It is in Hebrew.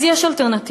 אז יש אלטרנטיבה.